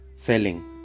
Selling